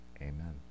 amen